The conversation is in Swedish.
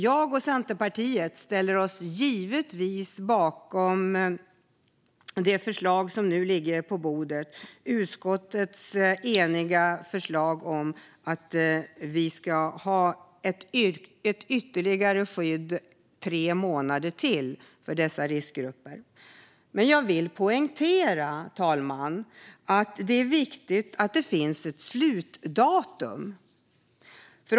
Jag och Centerpartiet ställer oss därför givetvis bakom utskottets eniga förslag om ytterligare tre månaders skydd för dessa riskgrupper. Fru talman! Jag vill dock poängtera att det är viktigt att det finns ett slutdatum.